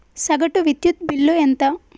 సగటు విద్యుత్ బిల్లు ఎంత?